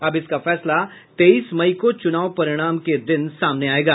अब इसका फैसला तेइस मई को चुनाव परिणामों के दिन सामने आएगा